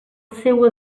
seua